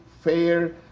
fair